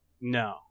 No